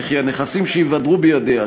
וכי הנכסים שייוותרו בידיה,